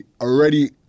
already